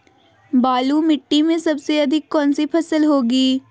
बालू मिट्टी में सबसे अधिक कौन सी फसल होगी?